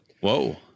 Whoa